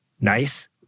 nice